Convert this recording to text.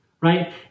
Right